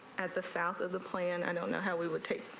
at the south of the plan i don't know how we would take.